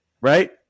right